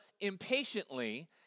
impatiently